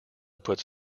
puts